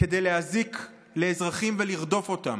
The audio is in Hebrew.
כדי להזיק לאזרחים ולרדוף אותם.